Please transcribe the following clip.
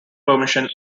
permission